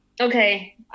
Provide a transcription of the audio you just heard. okay